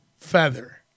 feather